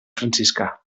franciscà